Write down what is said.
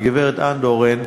הגברת אנדורן,